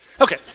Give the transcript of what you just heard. Okay